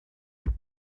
plec